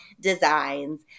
designs